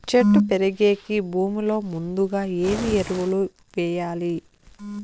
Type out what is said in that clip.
చెట్టు పెరిగేకి భూమిలో ముందుగా ఏమి ఎరువులు వేయాలి?